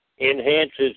enhances